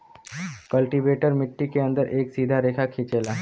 cultivator मट्टी के अंदर एक सीधा रेखा खिंचेला